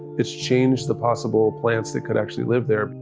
it's changed the possible plants that could actually live there.